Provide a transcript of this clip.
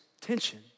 tension